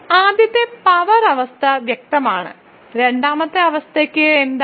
ആദ്യത്തെ പവർ അവസ്ഥ വ്യക്തമാണ് രണ്ടാമത്തെ അവസ്ഥയ്ക്ക് എന്താണ്